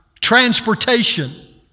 transportation